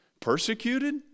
persecuted